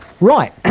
Right